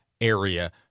area